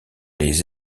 les